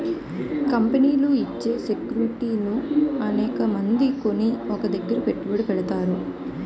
కంపెనీలు ఇచ్చే సెక్యూరిటీలను అనేకమంది కొని ఒక దగ్గర పెట్టుబడి పెడతారు